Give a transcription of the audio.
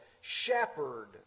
Shepherd